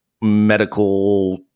medical